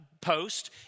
post